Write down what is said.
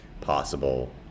possible